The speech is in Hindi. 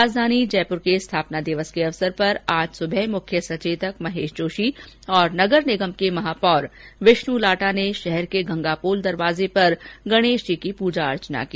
राजधानी जयपूर के स्थापना दिवस के अवसर पर आज सुबह मुख्य सचेतक महेश जोशी और नगर निगम के महापौर विष्णु लाटा ने शहर के गंगापोल दरवाजे पर गणेश जी की प्रजा अर्चना की